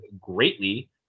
greatly